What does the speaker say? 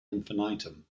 infinitum